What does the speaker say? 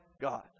God